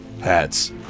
hats